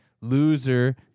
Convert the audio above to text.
loser